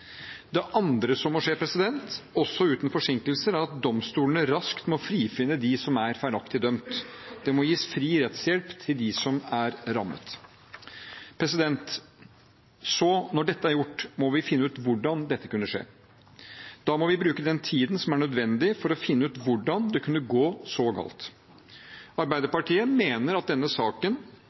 Det andre som må skje, også uten forsinkelser, er at domstolene raskt må frifinne dem som er feilaktig dømt. Det må gis fri rettshjelp til dem som er rammet. Så, når dette er gjort, må vi finne ut hvordan det kunne skje. Da må vi bruke den tiden som er nødvendig, for å finne ut hvordan det kunne gå så galt. Arbeiderpartiet mener at denne saken